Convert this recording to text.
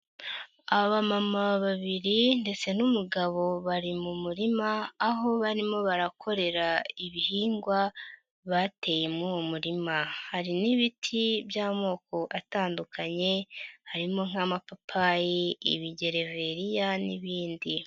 Abamama babiri ndetse n'umugabo bari mu murima aho barimo barakorera ibihingwa bateye muri uwo murima, hari n'ibiti by'amoko atandukanye, harimo nk'amapapayi, ibigereveriya n'ibindi.